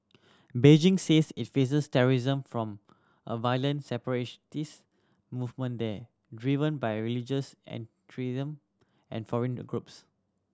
Beijing says it faces terrorism from a violent separatist movement there driven by religious and extremism and foreign the groups